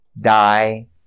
die